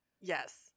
Yes